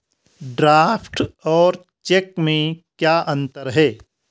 Draft और cheque में क्या अंतर है?